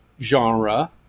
genre